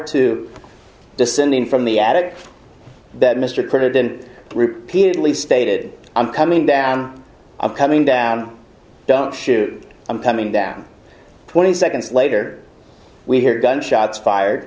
to descending from the attic that mr president repeatedly stated i'm coming down i'm coming down don't shoot i'm coming down twenty seconds later we hear gunshots fired